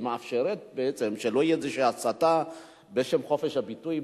שמאפשרת בעצם שלא תהיה הסתה בשם חופש הביטוי.